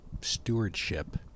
stewardship